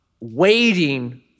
waiting